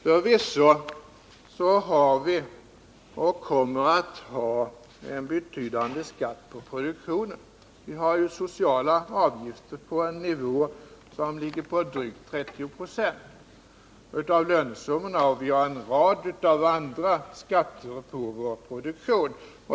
Förvisso har vi och kommer vi att ha en betydande skatt på produktionen. Vi har ju sociala avgifter på en nivå som ligger på drygt 30 926 av lönesummorna, och vi har en rad andra skatter på vår produktion.